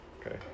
Okay